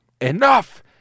enough